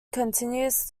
continues